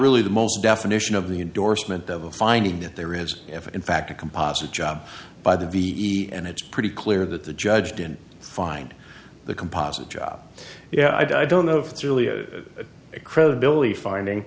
really the most definition of the endorsement of a finding that there is if in fact a composite job by the ve and it's pretty clear that the judge didn't find the composite job yeah i don't know if it's really a credibility finding